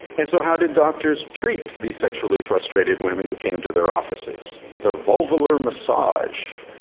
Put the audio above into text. and so how did doctors treat these sexually frustrated women who came to their offices? with a vulvalar massage.